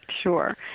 Sure